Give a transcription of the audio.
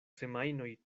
semajnoj